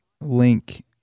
link